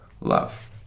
love